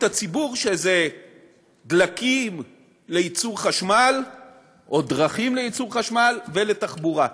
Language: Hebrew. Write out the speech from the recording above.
הציבור: דלקים לייצור חשמל או דרכים לייצור לחשמל ותחבורה,